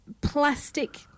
plastic